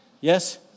Yes